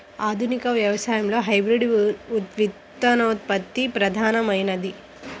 ఆధునిక వ్యవసాయంలో హైబ్రిడ్ విత్తనోత్పత్తి ప్రధానమైనది